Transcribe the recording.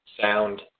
sound